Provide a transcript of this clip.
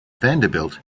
vanderbilt